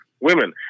Women